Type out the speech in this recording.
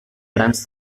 grans